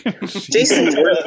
Jason